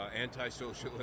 anti-socialist